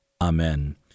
Amen